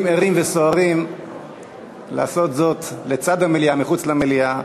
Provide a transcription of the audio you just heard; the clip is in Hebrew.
ערים וסוערים לעשות זאת לצד המליאה או מחוץ למליאה.